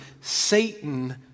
Satan